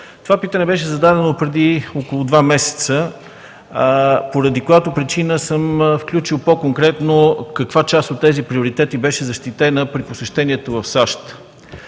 То му беше зададено преди около два месеца, поради която причина в него съм включил по-конкретно каква част от тези приоритети беше защитена при посещението в САЩ.